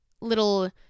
little